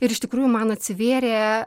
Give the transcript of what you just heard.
ir iš tikrųjų man atsivėrė